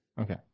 Okay